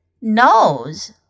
nose